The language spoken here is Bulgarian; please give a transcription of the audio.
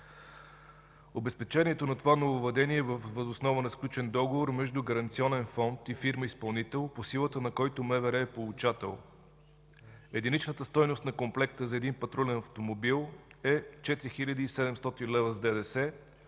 Обезпечението на това нововъведение е въз основа на сключен договор между гаранционен фонд и фирма изпълнител, по силата на който МВР е получател. Единичната стойност на комплекта за един патрулен автомобил е 4 хил. 700 лв. с ДДС.